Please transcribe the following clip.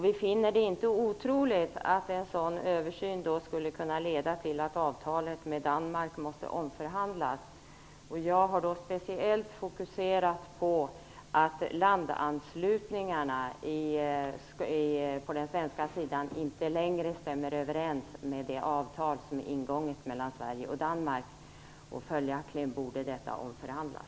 Vi finner det inte otroligt att en sådan översyn skulle kunna leda till att avtalet med Danmark måste omförhandlas. Jag har speciellt fokuserat på att landanslutningarna på den svenska sidan inte längre stämmer överens med det avtal som är ingånget mellan Sverige och Danmark, och följaktligen borde detta omförhandlas.